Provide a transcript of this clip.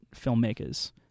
filmmakers